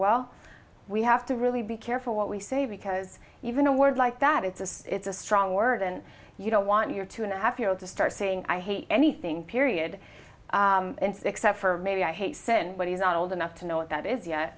well we have to really be careful what we say because even a word like that it's a it's a strong word and you don't want your two and a half year old to start saying i hate anything period except for maybe i hate sin but he's not old enough to know what that is